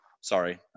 Sorry